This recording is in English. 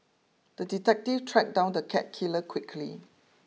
the detective tracked down the cat killer quickly